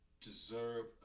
deserve